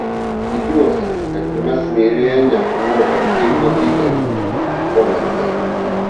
tikiuosi kad šiame smėlyje nebuvo vertingo įkalčio kolinzai